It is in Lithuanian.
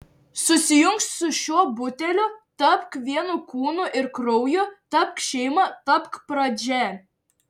susijunk su šiuo buteliu tapk vienu kūnu ir krauju tapk šeima tapk pradžia